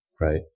right